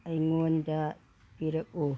ꯑꯩꯉꯣꯟꯗ ꯄꯤꯔꯛꯎ